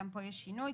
גם פה יש שינוי,